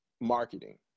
marketing